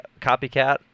copycat